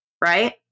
right